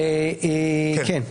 כן.